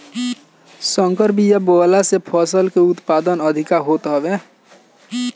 संकर बिया बोअला से फसल के उत्पादन अधिका होत हवे